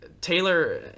Taylor